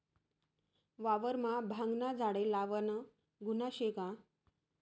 वावरमा भांगना झाडे लावनं गुन्हा शे का?